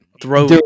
Throw